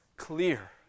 clear